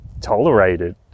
tolerated